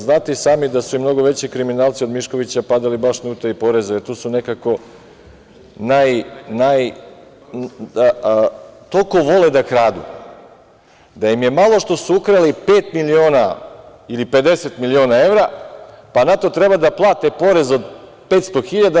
Znate i sami da su mnogo veći kriminalci od Miškovića padali baš na utaji poreza, jer tu su nekako naj, toliko vole da kradu da im je malo što su ukrali pet miliona ili 50 miliona evra, pa na to treba da plate porez od 500.000.